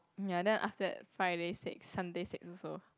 ya then after that Friday six Sunday six also